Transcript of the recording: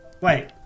Wait